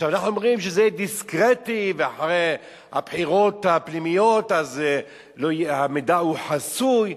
אנחנו אומרים שזה דיסקרטי ואחרי הבחירות הפנימיות המידע הוא חסוי.